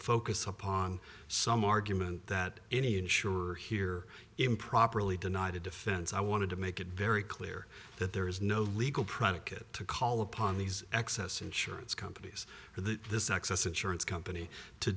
focus upon some argument that any insured here improperly denied a defense i wanted to make it very clear that there is no legal predicate to call upon these excess insurance companies this excess insurance company to